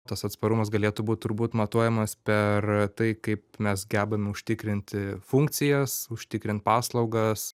tas atsparumas galėtų būt turbūt matuojamas per tai kaip mes gebame užtikrinti funkcijas užtikrint paslaugas